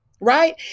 right